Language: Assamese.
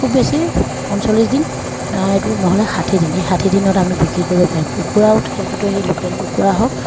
খুব বেছি পঞ্চল্লিছ দিন এইটো নহ'লে ষাঠি দিন এই ষাঠি দিনত আমি বিক্ৰী কৰিব পাৰিম কুকুৰাও ক্ষেত্ৰতো সেই লোকেল কুকুৰা হওক